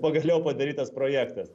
pagaliau padarytas projektas